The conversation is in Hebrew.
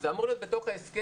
זה אמור להיות בתוך ההסכם.